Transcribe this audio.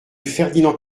ferdinand